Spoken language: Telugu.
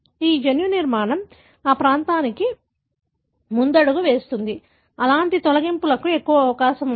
కాబట్టి ఆ జన్యు నిర్మాణం ఆ ప్రాంతానికి ముందడుగు వేస్తుంది అలాంటి తొలగింపులకు ఎక్కువ అవకాశం ఉంది